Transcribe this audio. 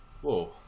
Whoa